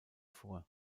vor